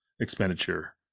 expenditure